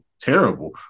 terrible